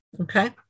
okay